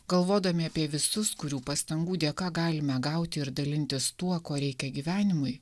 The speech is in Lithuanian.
galvodami apie visus kurių pastangų dėka galime gauti ir dalintis tuo ko reikia gyvenimui